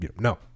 No